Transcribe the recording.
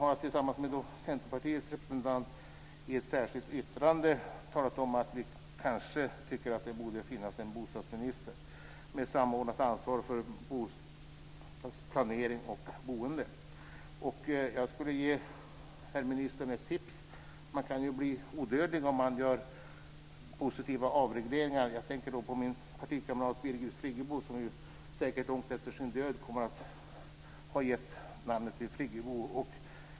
Jag och Centerpartiets representant har i ett särskilt yttrande talat om att vi tycker att det borde finnas en bostadsminister med samordnat ansvar för bostadsplanering och boende. Jag skulle vilja ge herr ministern ett tips. Man kan bli odödlig om man bidrar till positiva avregleringar. Jag tänker på min partikamrat Birgit Friggebo, som säkert långt efter sin död kommer att bli ihågkommen för att hon har lånat sitt namn till friggeboden.